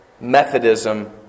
Methodism